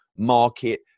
market